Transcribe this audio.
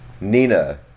Nina